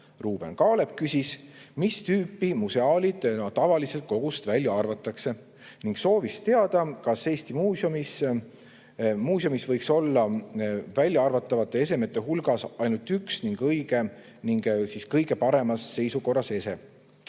Ruuben Kaalep küsis, mis tüüpi museaalid tavaliselt kogust välja arvatakse, ning soovis teada, kas Eesti muuseumis võiks olla väljaarvatavate esemete hulgas ainult üks ja õige ning kõige paremas seisukorras ese.